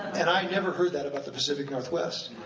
and i never heard that about the pacific northwest.